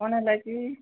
କ'ଣ ହେଲାକି